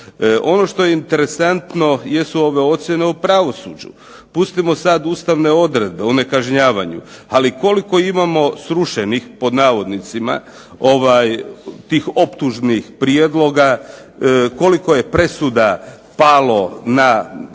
Ono što je interesantno jesu ove ocjene o pravosuđu. Pustimo sada ustavne odredbe o nekažnjavanju, ali koliko imamo "srušenih" tih optužnih prijedloga, koliko je presuda palo na